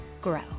grow